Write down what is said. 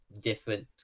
different